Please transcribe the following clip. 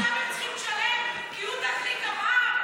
אז עכשיו הם צריכים לשלם כי יהודה גליק אמר?